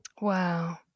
Wow